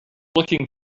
looking